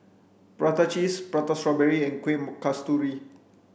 prata cheese prata strawberry and Kuih Kasturi